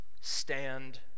stand